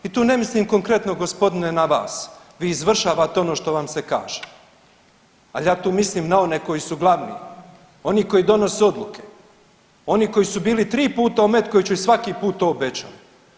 I tu ne mislim konkretno gospodine na vas, vi izvršavate ono što im se kaže, ali ja tu mislim na one koji su glavni, oni koji donose odluke, oni koji su bili 3 puta u Metkoviću i svaki put to obećali.